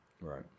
Right